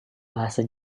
bahasa